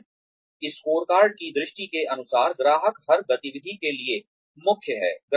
संतुलित स्कोरकार्ड की दृष्टि के अनुसार ग्राहक हर गतिविधि के लिए मुख्य है